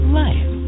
life